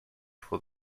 for